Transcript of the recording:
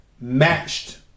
matched